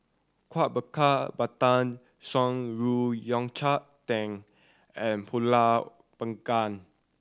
Kueh Bakar Pandan Shan Rui Yao Cai Tang and Pulut Panggang